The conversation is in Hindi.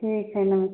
ठीक है नमस्ते